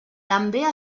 també